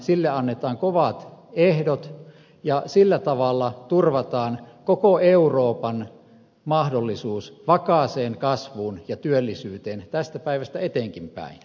sille annetaan kovat ehdot ja sillä tavalla turvataan koko euroopan mahdollisuus vakaaseen kasvuun ja työllisyyteen tästä päivästä eteenpäinkin